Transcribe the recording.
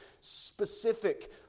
specific